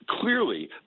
clearly